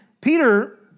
Peter